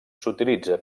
s’utilitza